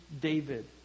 David